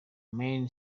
main